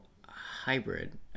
hybrid